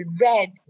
red